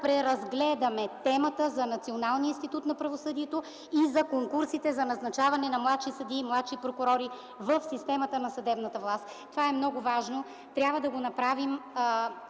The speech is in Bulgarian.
преразгледаме темата за Националния институт на правосъдието и за конкурсите за назначаване на младши съдии и младши прокурори в системата на съдебната власт. Това е много важно и трябва да го направим.